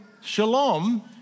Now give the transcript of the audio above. Shalom